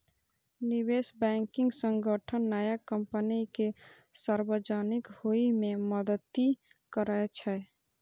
निवेश बैंकिंग संगठन नया कंपनी कें सार्वजनिक होइ मे मदति करै छै